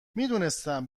میدونستم